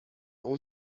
اون